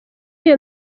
iyo